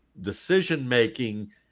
decision-making